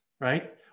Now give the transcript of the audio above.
right